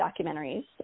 documentaries